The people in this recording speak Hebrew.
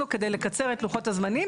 עכשיו שילבנו כדי לקצר את לוחות הזמנים.